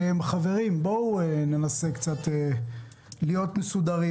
חברים, בואו ננסה להיות מסודרים.